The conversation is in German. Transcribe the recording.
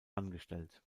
angestellt